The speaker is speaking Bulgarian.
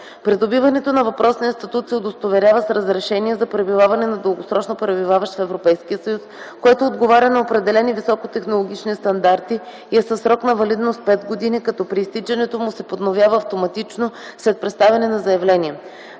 Придобиването на въпросния статут се удостоверява с разрешение за пребиваване на дългосрочно пребиваващ в Европейския съюз, което отговаря на определени високотехнологични стандарти и е със срок на валидност 5 години, като при изтичането му се подновява автоматично след представяне на заявление.